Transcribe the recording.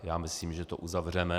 Já myslím, že to uzavřeme.